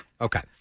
Okay